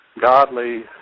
godly